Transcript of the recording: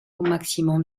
maximum